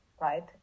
right